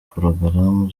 porogaramu